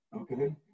Okay